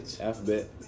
Alphabet